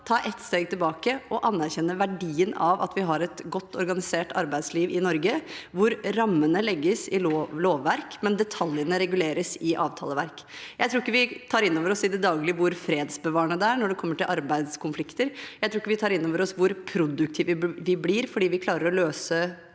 ta et steg tilbake og anerkjenne verdien av at vi har et godt organisert arbeidsliv i Norge, hvor rammene legges i lovverk, men detaljene reguleres i avtaleverk. Jeg tror ikke vi tar inn over oss i det daglige hvor fredsbevarende det er når det gjelder arbeidskonflikter. Jeg tror ikke vi tar inn over oss hvor produktive man blir, for man klarer å løse konflikter